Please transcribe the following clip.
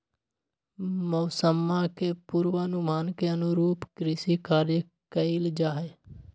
मौसम्मा के पूर्वानुमान के अनुरूप कृषि कार्य कइल जाहई